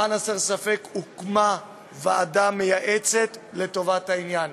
למען הספר ספק, הוקמה ועדה מייעצת לטובת העניין.